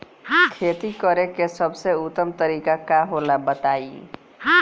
खेती करे के सबसे उत्तम तरीका का होला बताई?